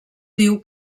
diu